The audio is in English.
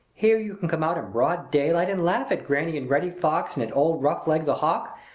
here you can come out in broad daylight and laugh at granny and reddy fox and at old roughleg the hawk,